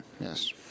yes